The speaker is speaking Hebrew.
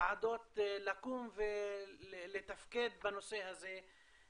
ועדות שהיו אמורים לקום ולתפקד בנושא הזה,